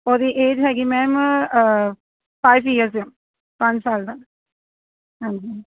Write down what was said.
ਉਹਦੀ ਏਜ ਹੈਗੀ ma'am five years ਪੰਜ ਸਾਲ ਦਾ ਹਾਂਜੀ